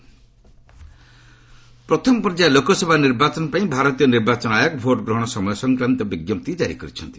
EC voting time ପ୍ରଥମ ପର୍ଯ୍ୟାୟ ଲୋକସଭା ନିର୍ବାଚନ ପାଇଁ ଭାରତୀୟ ନିର୍ବାଚନ ଆୟୋଗ ଭୋଟ୍ ଗ୍ରହଣ ସମୟ ସଂକ୍ରାନ୍ତ ବିଞ୍କପ୍ତି ଜାରି କରିଛନ୍ତି